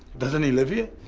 doesn't he live here?